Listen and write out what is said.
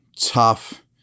tough